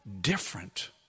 different